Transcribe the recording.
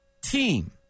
team